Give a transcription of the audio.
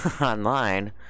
online